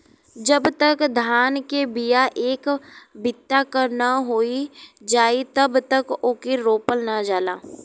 जब तक धान के बिया एक बित्ता क नाहीं हो जाई तब तक ओके रोपल ना जाला